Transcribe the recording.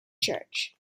church